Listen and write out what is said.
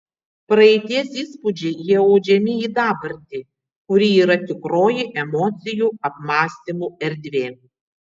praeities įspūdžiai įaudžiami į dabartį kuri yra tikroji emocijų apmąstymų erdvė